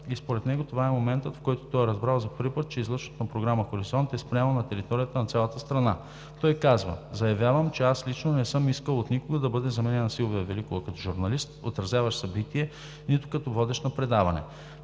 и според него това е моментът, в който той е разбрал за първи път, че излъчването на програма „Хоризонт“ е спряно на територията на цялата страна. Той казва: „Завявам, че аз лично не съм искал от никого да бъде заменяна Силвия Великова като журналист, отразяващ събитие, нито като водещ на предаване.“